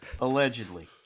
allegedly